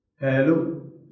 Hello